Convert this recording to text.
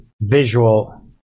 visual